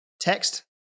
text